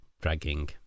dragging